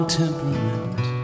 temperament